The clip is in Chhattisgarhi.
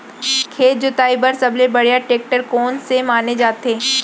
खेत जोताई बर सबले बढ़िया टेकटर कोन से माने जाथे?